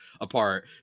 apart